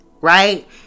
Right